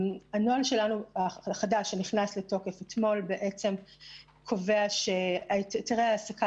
הנוהל החדש שנכנס לתוקף אתמול קובע שהיתרי העסקה